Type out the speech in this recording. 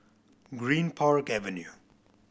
Greenpark Avenue